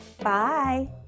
bye